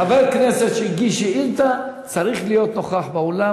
חבר כנסת שהגיש שאילתה צריך להיות נוכח באולם,